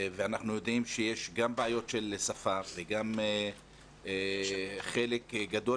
אנחנו יודעים שיש גם בעיות של שפה וגם חלק גדול